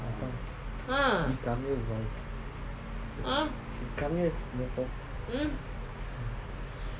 he come here he come here